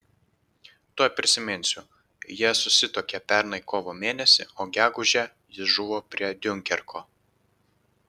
tuoj prisiminsiu jie susituokė pernai kovo mėnesį o gegužę jis žuvo prie diunkerko